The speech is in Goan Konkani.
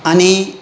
आनी